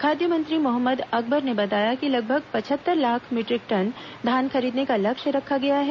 खाद्य मंत्री मोहम्मद अकबर ने बताया कि लगभग पचहत्तर लाख मीटरिक टन धान खरीदने का लक्ष्य रखा गया है